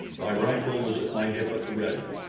my rifle was at my hip at the ready.